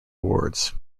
awards